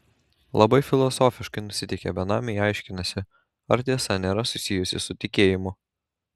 labai filosofiškai nusiteikę benamiai aiškinasi ar tiesa nėra susijusi su tikėjimu